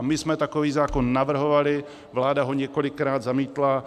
My jsme takový zákon navrhovali, vláda ho několikrát zamítla.